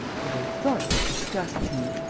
the very thought of it disgusts me.